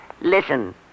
Listen